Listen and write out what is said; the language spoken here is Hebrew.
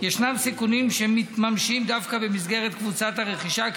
ישנם סיכונים שמתממשים דווקא במסגרת קבוצת הרכישה,